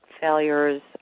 failures